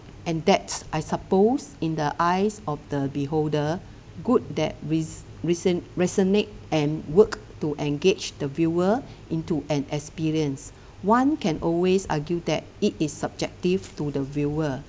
and that I suppose in the eyes of the beholder good that with recent resonate and work to engage the viewer into an experience one can always argue that it is subjective to the viewer